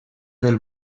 del